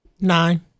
Nine